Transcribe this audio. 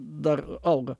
dar auga